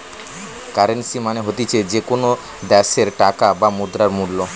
currency মানে হতিছে যে কোনো দ্যাশের টাকার বা মুদ্রার মূল্য